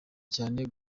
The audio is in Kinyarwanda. cyane